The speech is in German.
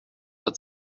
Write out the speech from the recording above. hat